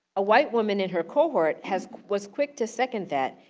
a white woman in her cohort has was quick to second that,